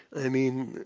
i mean,